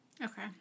Okay